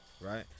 right